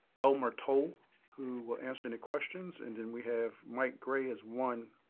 elmer tolle who will answer any questions and then we have mike gray is one